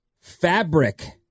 Fabric